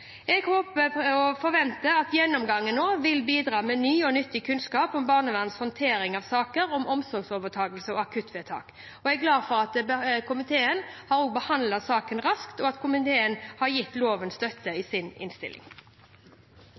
Jeg både håper og forventer at gjennomgangen vil bidra med ny og nyttig kunnskap om barnevernets håndtering av saker om omsorgsovertakelser og akuttvedtak. Jeg er glad for at komiteen har behandlet saken raskt, og at komiteen i sin innstilling har gitt loven støtte.